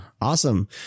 Awesome